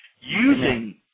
using